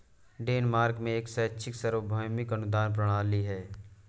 Denmark में एक शैक्षिक सार्वभौमिक अनुदान प्रणाली है